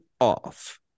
off